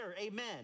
amen